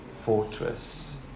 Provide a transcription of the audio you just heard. fortress